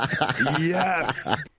Yes